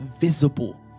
visible